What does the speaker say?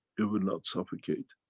it will not suffocate.